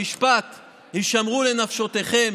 המשפט "הישמרו לנפשותיכם"